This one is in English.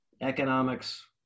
economics